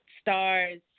stars